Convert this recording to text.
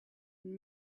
and